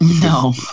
no